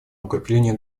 укрепления